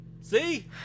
See